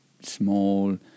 small